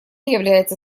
является